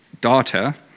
daughter